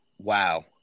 wow